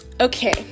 Okay